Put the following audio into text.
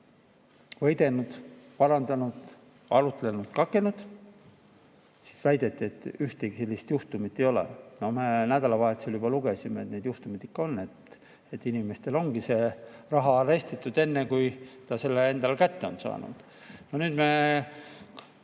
võidelnud, parandanud, arutlenud, kakelnud. Siis väideti, et ühtegi sellist juhtumit ei ole. Me nädalavahetusel juba lugesime, et neid juhtumeid ikka on, et inimestelt ongi see raha arestitud enne, kui nad selle kätte on saanud. Nüüd me